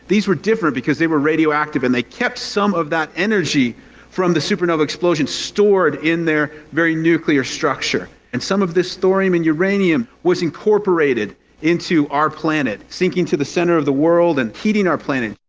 these were different because they were radioactive and they kept some of that energy from the supernova explosion stored in their very nuclear structure. and some of this thorium and uranium was incorporated into our planet. sinking to the center of the world, and heating our planet.